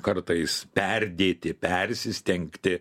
kartais perdėti persistengti